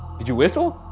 did you whistle?